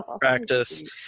practice